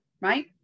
right